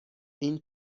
این